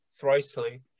Thricely